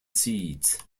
seeds